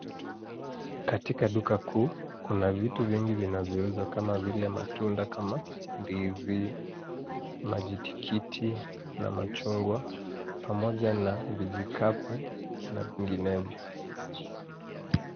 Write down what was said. Katika duka kuu kuna vitu vingi vinavyouzwa kama vile matunda kama ;ndizi ,majitikiti na machungwa pamoja na vijikapu na vinginevyo.